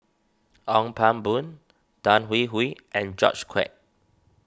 Ong Pang Boon Tan Hwee Hwee and George Quek